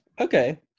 okay